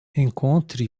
encontre